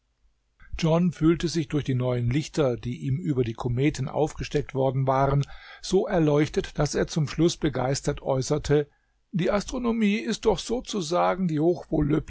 john fühlte sich durch die neuen lichter die ihm über die kometen aufgesteckt worden waren so erleuchtet daß er zum schluß begeistert äußerte die asternomie ist doch sozusagen die